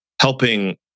helping